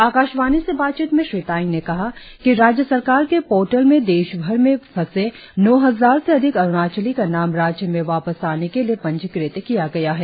आकाशवाणी से बातचीत में श्री तायेंग ने कहा कि राज्य सरकार के पोर्टल में देशभर में फंसे नौ हजार से अधिक अरुणाचलियों का नाम राज्य में वापस आने के लिए पंजीकृत किया गया है